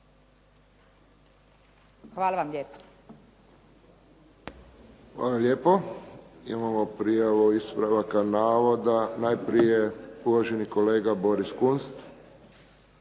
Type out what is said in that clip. Josip (HSS)** Hvala lijepo. Imamo prijavu ispravaka navoda. Najprije uvaženi kolega Boris Kunst.